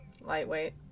Lightweight